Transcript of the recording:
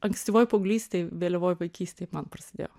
ankstyvoj paauglystėj vėlyvoj vaikystėj man prasidėjo